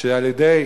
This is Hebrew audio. שעל-ידי